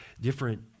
different